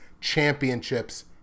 championships